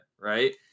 right